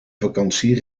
vakantie